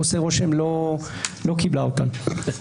עושה רושם, לא קיבלה אותן.